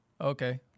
Okay